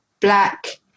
black